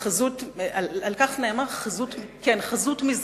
בשל אותה, חזות מזרחית,